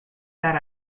that